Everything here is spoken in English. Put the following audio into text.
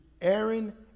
Aaron